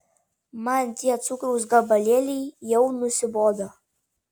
man tie cukraus gabalėliai jau nusibodo